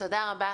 תודה רבה.